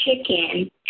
chicken